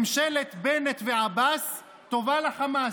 ממשלת בנט ועבאס טובה לחמאס.